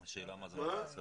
השאלה מה זה מחיר סביר.